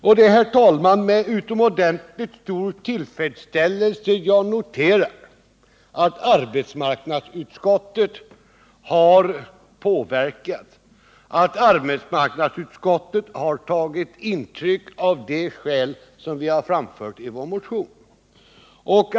Det är, herr talman, med stor tillfredsställelse jag noterar att arbetsmarknadsutskottet har tagit intryck av de skäl som vi har anfört i vår motion.